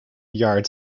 yards